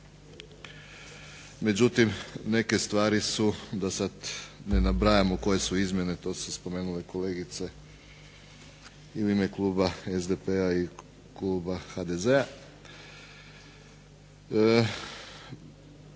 međutim neke stvari su da sad ne nabrajamo koje su izmjene, to su spomenule kolegice i u ime kluba SDP-a, i kluba HDZ-a.